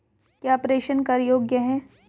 क्या प्रेषण कर योग्य हैं?